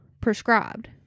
prescribed